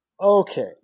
Okay